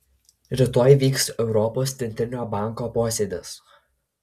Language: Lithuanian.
rytoj vyks europos centrinio banko posėdis